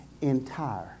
entire